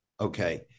Okay